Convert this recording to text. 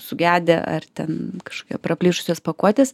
sugedę ar ten kažkokie praplyšusios pakuotės